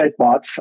chatbots